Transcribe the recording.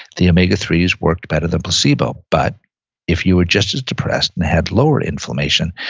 the omega three s worked better than placebo, but if you were just as depressed and had lower inflammation,